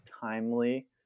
timely